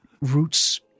Roots